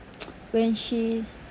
when she